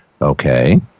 okay